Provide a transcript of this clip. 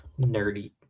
nerdy